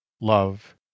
love